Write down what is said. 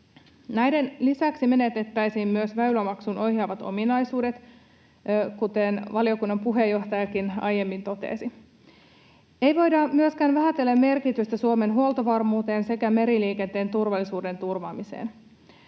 Näiden lisäksi menetettäisiin myös väylämaksun ohjaavat ominaisuudet, kuten valiokunnan puheenjohtajakin aiemmin totesi. Ei voida myöskään vähätellä merkitystä Suomen huoltovarmuuteen sekä meriliikenteen turvallisuuden turvaamiseen.